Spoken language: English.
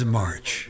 march